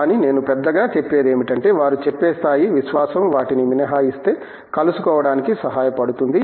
కానీ నేను పెద్దగా చెప్పేది ఏమిటంటే వారు చెప్పే స్థాయి విశ్వాసం వాటిని మినహాయిస్తే కలుసుకోవడానికి సహాయపడుతుంది